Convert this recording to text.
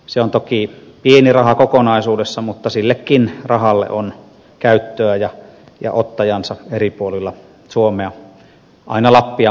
se on toki pieni raha kokonaisuudessa mutta sillekin rahalle on käyttöä ja ottajansa eri puolilla suomea aina lappia myöten